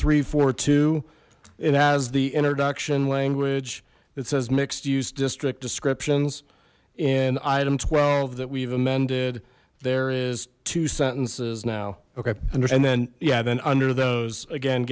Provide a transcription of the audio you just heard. three four it has the introduction language that says mixed use district descriptions in item twelve that we've amended there is two sentences now okay and then yeah then under those again